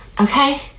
Okay